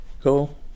Go